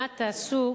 מה תעשו,